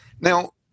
Now